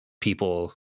people